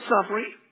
suffering